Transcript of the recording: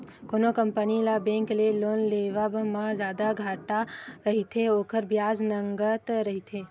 कोनो कंपनी ल बेंक ले लोन लेवब म जादा घाटा रहिथे, ओखर बियाज नँगत रहिथे